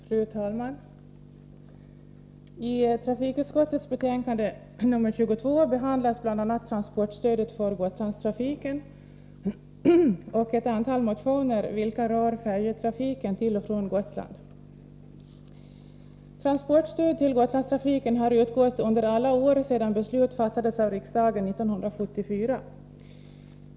Fru talman! I trafikutskottets betänkande nr 22 behandlas bl.a. transportstödet för Gotlandstrafiken och ett antal motioner vilka rör färjetrafiken till och från Gotland. Transportstöd till Gotlandstrafiken har utgått under alla år sedan beslut fattades av riksdagen 1974.